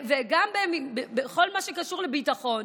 וגם בכל מה שקשור לביטחון.